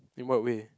in what way